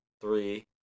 Three